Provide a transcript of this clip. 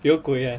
有鬼 ah